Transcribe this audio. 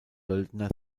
söldner